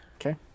Okay